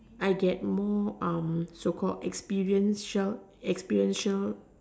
I get more so called experience shout experiential